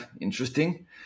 interesting